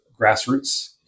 grassroots